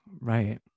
Right